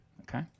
Okay